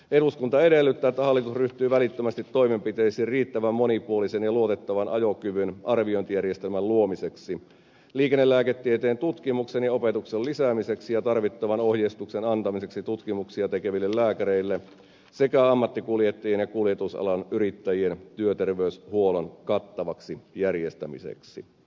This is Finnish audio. eduskunta edellyttää että hallitus ryhtyy välittömästi toimenpiteisiin riittävän monipuolisen ja luotettavan ajokyvyn arviointijärjestelmän luomiseksi liikennelääketieteen tutkimuksen ja opetuksen lisäämiseksi ja tarvittavan ohjeistuksen antamiseksi tutkimuksia tekeville lääkäreille sekä ammattikuljettajien ja kuljetusalan yrittäjien työterveyshuollon kattavaksi järjestämiseksi